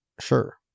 sure